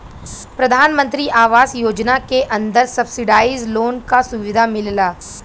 प्रधानमंत्री आवास योजना के अंदर सब्सिडाइज लोन क सुविधा मिलला